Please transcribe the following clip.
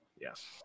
Yes